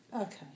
Okay